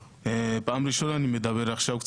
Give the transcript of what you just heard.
בפעם הראשונה שאני מדבר עכשיו ,